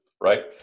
right